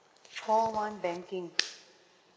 call one banking